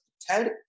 Ted